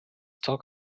talk